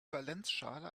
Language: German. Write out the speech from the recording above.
valenzschale